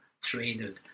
traded